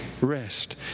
Rest